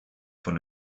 von